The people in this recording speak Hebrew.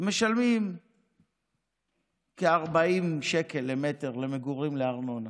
ומשלמים כ-40 שקל למטר למגורים לארנונה,